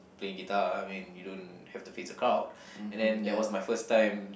playing guitar I mean you don't have to face the crowd and then that was my first time